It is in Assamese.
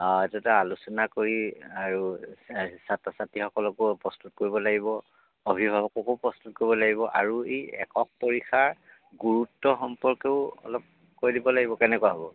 অঁ এইটো এটা আলোচনা কৰি আৰু ছাত্ৰ ছাত্ৰীসকলকো প্ৰস্তুত কৰিব লাগিব অভিভাৱককো প্ৰস্তুত কৰিব লাগিব আৰু এই একক পৰীক্ষাৰ গুৰুত্ব সম্পৰ্কেও অলপ কৈ দিব লাগিব কেনেকুৱা হ'ব